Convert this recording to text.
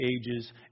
ages